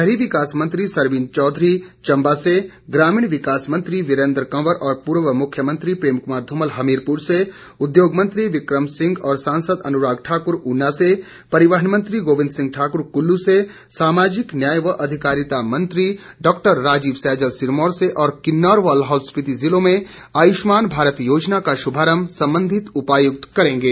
शहरी विकास मंत्री सरवीन चौधरी चम्बा से ग्रामीण विकास मंत्री वीरेन्द्र कंवर और पूर्व मुख्यमंत्री प्रेम कुमार धूमल हमीरपुर से उद्योग मंत्री बिक्रम सिंह और सांसद अनुराग ठाकुर ऊना से परिवहन मंत्री गोविन्द सिंह ठाकुर कुल्लू से सामाजिक न्याय व अधिकारिता मंत्री डॉ राजीव सैजल सिरमौर से और किन्नौर व लाहौल स्पीति जिलों में आयुष्मान भारत योजना का शुभारम्भ सम्बन्धित उपायुक्त करेंगे